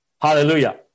Hallelujah